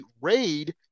raid